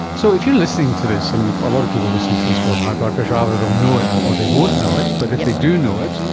so if you're listening to this, and a lot of people listening to this will have high blood pressure, either they'll know it or they won't know it, but if they do know it,